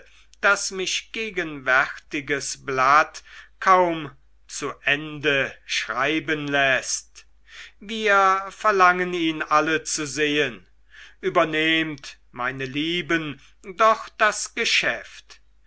das mich gegenwärtiges blatt kaum zu ende schreiben läßt wir verlangen ihn alle zu sehen übernehmt meine lieben doch das geschäft